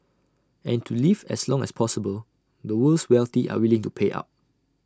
and to live as long as possible the world's wealthy are willing to pay up